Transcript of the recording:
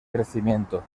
crecimiento